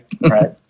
Right